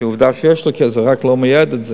כי עובדה שיש לו כסף, רק הוא לא מייעד את זה.